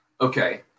Okay